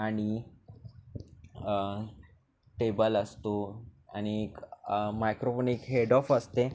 आणि टेबल असतो आणिक मायक्रोफोनिक हेड ऑफ असते